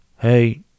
Hey